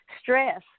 stress